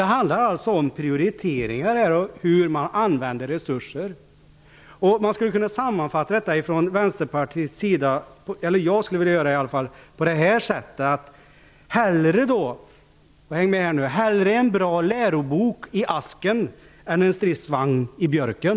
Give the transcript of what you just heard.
Det handlar om prioriteringar och om hur man använder resurser. Jag skulle vilja sammanfatta det på det här sättet -- häng med här nu: Hellre en bra lärobok i asken än en stridsvagn i björken.